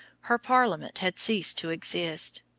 her parliament had ceased to exist,